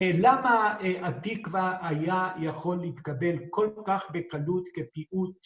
אה.. למה אה.. התקווה, היה יכול להתקבל כל כך בקלות כפיוט?